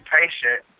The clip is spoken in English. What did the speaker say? patient